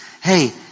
hey